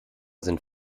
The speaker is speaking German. sind